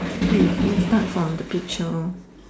okay let's start from the picture lor